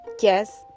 yes